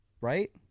right